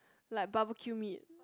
like barbeque meat